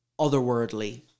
otherworldly